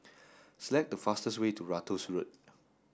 select the fastest way to Ratus Road